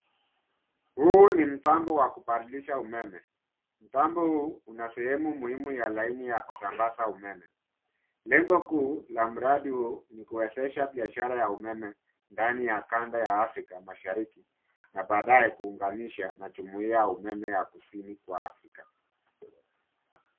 Huu ni mtambo wa kubadilisha umeme. Mtambo huu una sehemu muhimu ya laini ya kusambaza umeme . Lengo kuu la mradi huu ni kuwezesha biashara ya umeme ndani ya kanda ya Afrika mashariki na badae kuunganisha na jumuia ya umeme ya kusini wa Afrika.